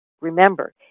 remember